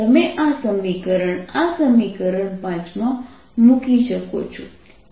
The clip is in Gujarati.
તમે આ સમીકરણ આ સમીકરણ 5 માં મૂકી શકો છો